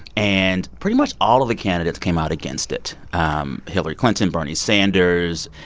and pretty much all of the candidates came out against it um hillary clinton, bernie sanders.